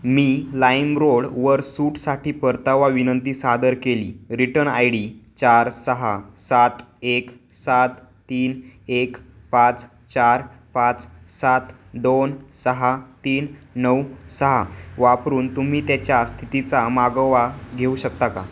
मी LimeRoad वर सूटसाठी परतावा विनंती सादर केली रिटन आय डी चार सहा सात एक सात तीन एक पाच चार पाच सात दोन सहा तीन नऊ सहा वापरून तुम्ही त्याच्या स्थितीचा मागोवा घेऊ शकता का